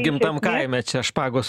gimtam kaime čia špagos